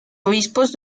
obispos